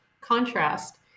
contrast